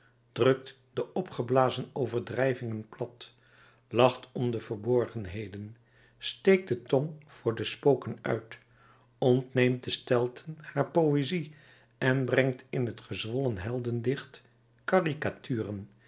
drukt de opgeblazen overdrijvingen plat lacht om de verborgenheden steekt de tong voor de spoken uit ontneemt de stelten haar poëzie en brengt in het gezwollen